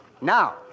Now